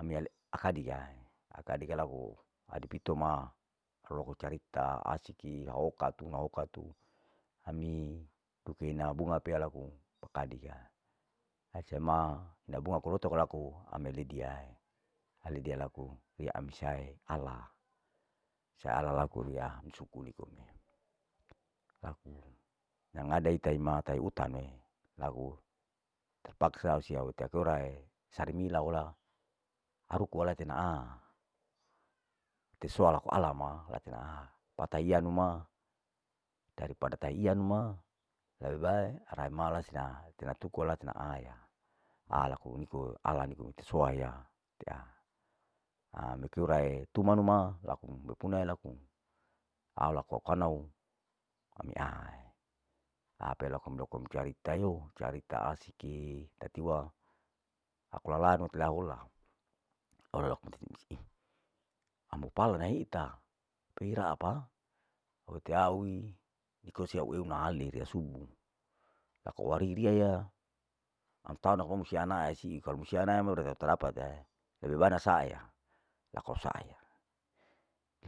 Ami ale akadiaya, akadi kalu ku adipito ma roro ka carita asik, irahokatu ina hokatu, ami dukena bunga pea laku adika, adse ma ina bunga kulotoka laku ami ledia, hi aledia laku ri ami sae ala, saa alaku riya mi sukuri kome, laku yang ada imata tau uta me, laku terpaksa au sia uta korale, sarimi laola, haruku wa tenaa, ite soa laku alama latenaa, patai iyanu ma dara pada tei iyanu ma, lebebaee rein ma lesina hae tilatuku latna aya, alaku niko ala niko mete soae mete soaya, amikeurae tumanuma laku mepuna laku, alaku au kanau ami ahae, apa lakumlakum carita yo carita asike tatiwa, aku lala tonathola, naita pira apa ute auwi, iko sia uweu na ale riya subu, aku wari riyaya, aum tana homa siana sii kalu musia nae ma udada tadapate, lebe bae na saaya, laku au saaya,